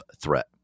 threat